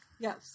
Yes